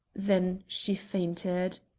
then she fainted.